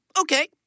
Okay